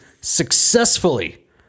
successfully